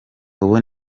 ubu